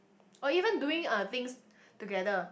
or even doing uh things together